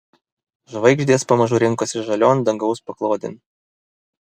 žvaigždės pamažu rinkosi žalion dangaus paklodėn